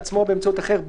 בעצמו או באמצעות אחר,